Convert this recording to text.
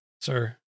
sir